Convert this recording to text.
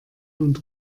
und